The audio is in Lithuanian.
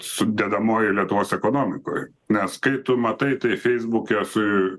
sudedamoji lietuvos ekonomikoj nes kai tu matai tai feisbuke su